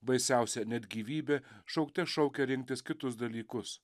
baisiausia net gyvybė šaukte šaukia rinktis kitus dalykus